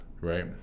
right